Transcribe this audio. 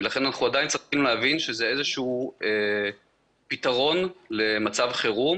לכן אנחנו עדיין צריכים להבין שזה איזשהו פתרון למצב חירום